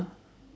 ah